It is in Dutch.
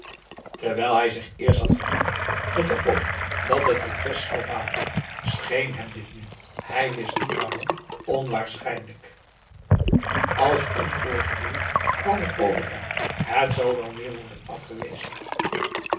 terwijl hij zich eerst had gevleid met de hoop dat het request zou baten scheen hem dit nu hij wist niet waarom onwaarschijnlijk als een voorgevoel kwam het over hem het zal wel weer worden afgewezen